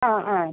ആ ആ